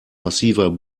massiver